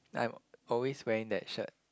I'm always wearing that shirt